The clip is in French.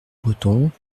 breton